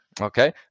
Okay